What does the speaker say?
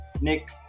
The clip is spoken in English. Nick